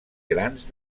grans